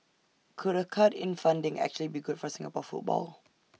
could A cut in funding actually be good for Singapore football